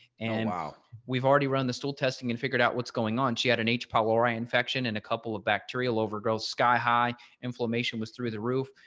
and we've already run the stool testing and figured out what's going on. on. she had an h pylori infection and a couple of bacterial overgrowth, sky high inflammation was through the roof.